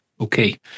okay